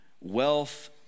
wealth